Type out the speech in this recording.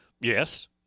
Yes